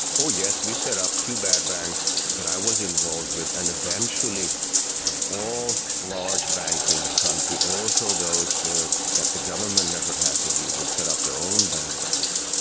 oh yes, we set up two bad banks that i was involved with, and eventually all large banks in the country, also those that the government never had to deal with, set up their own bad banks.